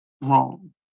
wrong